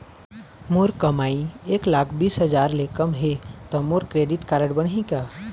मोर कमाई एक लाख बीस हजार ले कम हे त मोर क्रेडिट कारड बनही का?